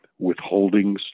withholdings